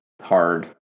hard